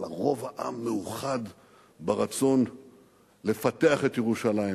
אבל רוב העם מאוחד ברצון לפתח את ירושלים,